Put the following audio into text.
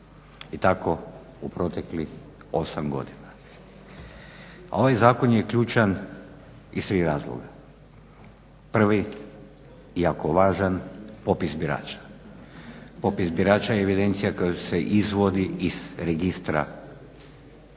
i tako u proteklih 8 godina. Ovaj zakon je i ključan iz tri razloga. Prvi jako važan popis birača i evidencija kao što su izvodi iz registra boravišta,